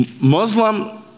Muslim